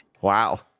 Wow